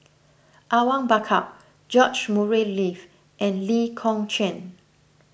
Awang Bakar George Murray Reith and Lee Kong Chian